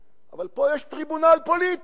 אבל פה יש טריבונל פוליטי,